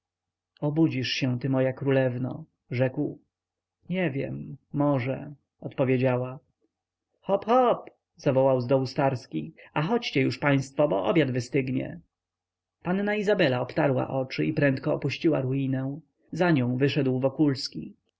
obudzisz się ty moja królewno rzekł nie wiem może odpowiedziała hop hop zawołał z dołu starski a chodźcie już państwo bo obiad wystygnie panna izabela obtarła oczy i prędko opuściła ruinę za nią wyszedł wokulski